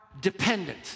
dependent